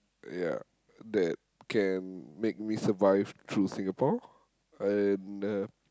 ya that can make me survive through Singapore and uh